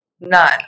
None